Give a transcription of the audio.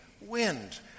wind